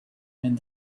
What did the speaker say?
and